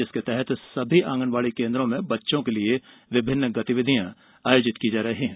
जिसके तहत सभी आंगनबाड़ी केन्द्रों में बच्चों के लिए विभिन्न गतिविधियां आयोजित की जा रही है